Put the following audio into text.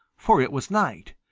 for it was night,